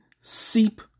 seep